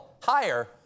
Higher